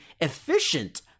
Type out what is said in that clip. efficient